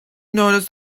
notice